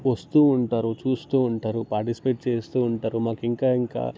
వస్తూ ఉంటారు చూస్తూ ఉంటారు పాటిస్పేట్ చేస్తూ ఉంటారు మాకు ఇంకా ఇంకా